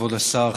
כבוד השר,